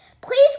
please